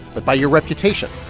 but by your reputation,